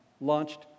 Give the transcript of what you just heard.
launched